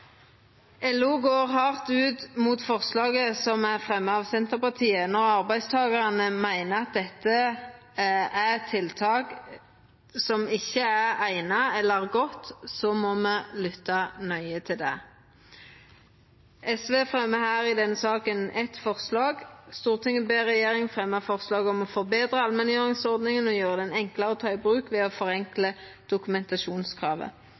LO går hardt ut mot forslaget som er fremja av Senterpartiet. Når arbeidstakarane meiner at dette er eit tiltak som ikkje er eigna eller godt, må me lytta nøye til det. SV fremjar, saman med Arbeidarpartiet, eitt forslag i denne saka: «Stortinget ber regjeringen fremme forslag om å forbedre allmenngjøringsordningen og gjøre den enklere å ta i bruk ved å forenkle dokumentasjonskravet.»